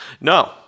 No